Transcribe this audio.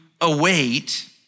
await